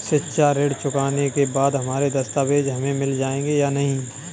शिक्षा ऋण चुकाने के बाद हमारे दस्तावेज हमें मिल जाएंगे या नहीं?